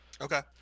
Okay